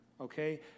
okay